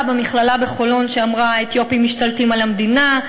במכללה בחולון שאמרה: "האתיופים משתלטים על המדינה.